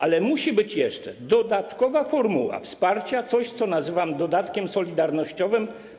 Ale musi być jeszcze dodatkowa formuła wsparcia, coś, co nazywam dodatkiem solidarnościowym.